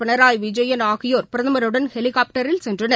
பினராய் விஜயன் ஆகியோர் பிரதமருடன் ஹெலிகாப்டரில் சென்றனர்